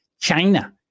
China